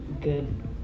good